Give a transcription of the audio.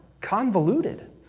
convoluted